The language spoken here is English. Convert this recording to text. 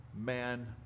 man